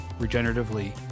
regeneratively